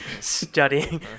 studying